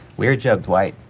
we're jack white.